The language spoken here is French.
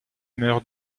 meurt